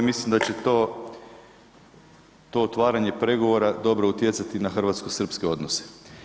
Mislim da će to otvaranje pregovora dobro utjecati na hrvatsko-srpske odnose.